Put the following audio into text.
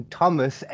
Thomas